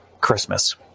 Christmas